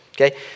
okay